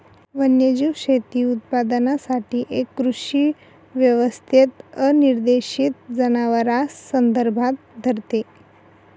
वन्यजीव शेती उत्पादनासाठी एक कृषी व्यवस्थेत अनिर्देशित जनावरांस संदर्भात धरते